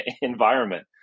environment